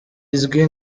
izwi